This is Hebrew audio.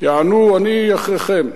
יענו, אני מאחוריכם.